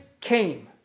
came